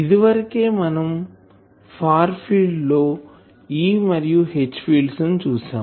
ఇదివరకే మనం far field లో E మరియు H ఫీల్డ్స్ ని చూసాం